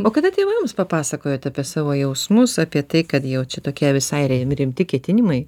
o kada tėvams papasakojot apie savo jausmus apie tai kad jau čia tokie visai rimti ketinimai